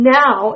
now